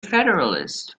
federalist